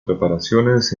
preparaciones